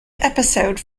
episode